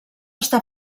està